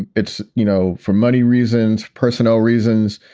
it's, you know, for money reasons, personnel reasons,